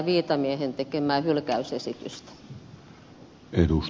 viitamiehen tekemää hylkäysesitystä